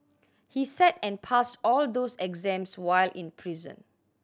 he sat and passed all those exams while in prison